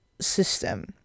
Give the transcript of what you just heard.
system